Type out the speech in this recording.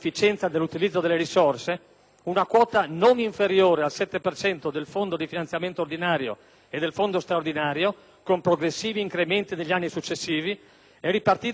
una quota non inferiore al 7 per cento del fondo di finanziamento ordinario (...) e del fondo straordinario (...), con progressivi incrementi negli anni successivi, è ripartita prendendo in considerazione: